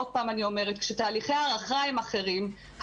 כשתהליכי הערכה הם אחרים,